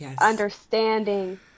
understanding